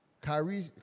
Kyrie